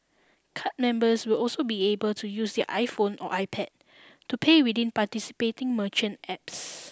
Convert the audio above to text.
card members will also be able to use their iPhone or iPad to pay within participating merchant apps